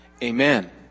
Amen